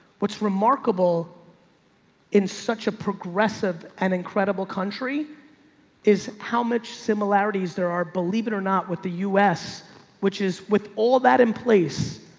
what's remarkable in such a progressive and incredible country is how much similarities there are. believe it or not, what the us which is with all that in place,